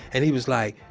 and he was like,